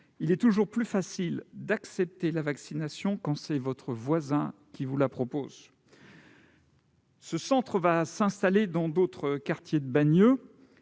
Il est toujours plus facile d'accepter la vaccination quand c'est votre voisin qui vous la propose. Ce centre va s'installer dans d'autres quartiers de Bagneux.